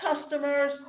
Customers